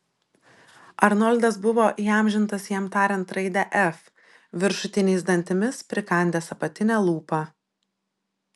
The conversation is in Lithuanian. arnoldas buvo įamžintas jam tariant raidę f viršutiniais dantimis prikandęs apatinę lūpą